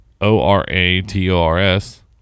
O-R-A-T-O-R-S